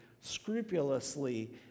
scrupulously